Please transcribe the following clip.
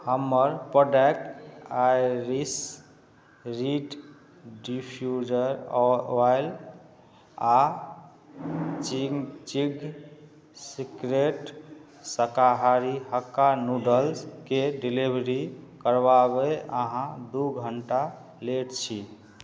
हमर product iris reed diffuser oil आओर Ching's secret शाकाहारी हक्का नूडल्सके डिलिवरी करबाबै अहाँ दुइ घण्टा लेट छी